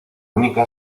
única